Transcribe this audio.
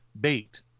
bait